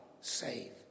save